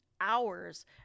hours